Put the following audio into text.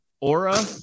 Aura